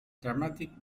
dramatic